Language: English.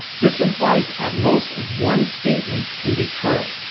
this implies at most one statement can be true.